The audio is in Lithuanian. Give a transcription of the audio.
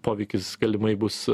poveikis galimai bus